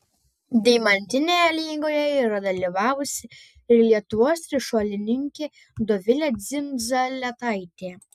deimantinėje lygoje yra dalyvavusi ir lietuvos trišuolininkė dovilė dzindzaletaitė